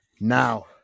now